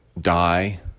die